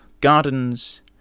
gardens